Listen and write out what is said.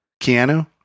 Keanu